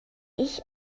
ich